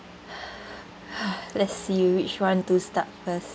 let's see which one to start first